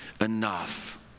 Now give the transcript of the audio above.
enough